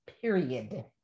period